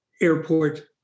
airport